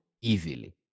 easily